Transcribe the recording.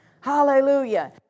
Hallelujah